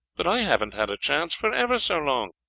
but i haven't had a chance for ever so long.